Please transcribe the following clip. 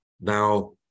Now